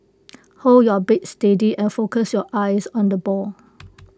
hold your bat steady and focus your eyes on the ball